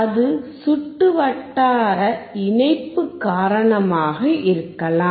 அது சுற்று வட்டார இணைப்பு காரணமாக இருக்கலாம்